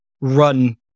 run